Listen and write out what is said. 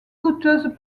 coûteuses